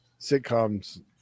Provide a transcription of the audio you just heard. sitcoms